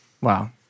Wow